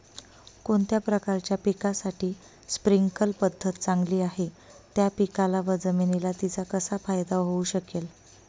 कोणत्या प्रकारच्या पिकासाठी स्प्रिंकल पद्धत चांगली आहे? त्या पिकाला व जमिनीला तिचा कसा फायदा होऊ शकेल?